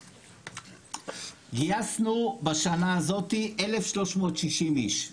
גייסנו בשנה הזאת 1,360 איש.